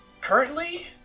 Currently